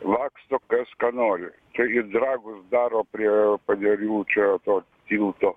laksto kas ką nori čia ir dragus daro prie panerių čia to tilto